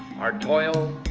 our toil,